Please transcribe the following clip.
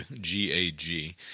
G-A-G